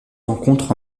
rencontrent